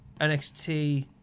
NXT